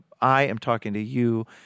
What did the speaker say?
I-am-talking-to-you